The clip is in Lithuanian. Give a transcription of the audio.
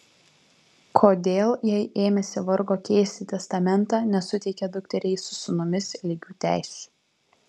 kodėl jei ėmėsi vargo keisti testamentą nesuteikė dukteriai su sūnumis lygių teisių